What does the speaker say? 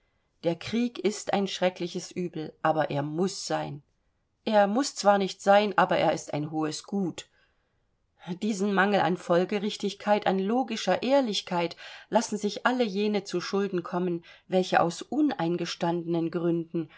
der krieg ist ein schreckliches übel aber er muß sein er muß zwar nicht sein aber er ist ein hohes gut diesen mangel an folgerichtigkeit an logischer ehrlichkeit lassen sich alle jene zuschulden kommen welche aus uneingestandenen gründen